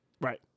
Right